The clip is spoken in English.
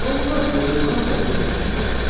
ah look there's a well cellar there, so